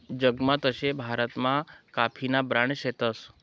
जगमा तशे भारतमा काफीना ब्रांड शेतस